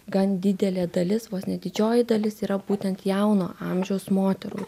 gan didelė dalis vos ne didžioji dalis yra būtent jauno amžiaus moterų